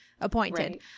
appointed